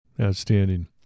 Outstanding